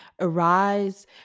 Arise